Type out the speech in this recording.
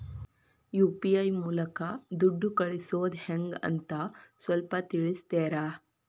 UPI ಮೂಲಕ ದುಡ್ಡು ಕಳಿಸೋದ ಹೆಂಗ್ ಅಂತ ಸ್ವಲ್ಪ ತಿಳಿಸ್ತೇರ?